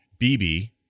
BB